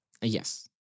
Yes